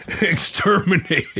exterminate